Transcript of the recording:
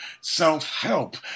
self-help